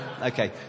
okay